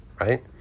right